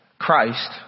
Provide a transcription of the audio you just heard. Christ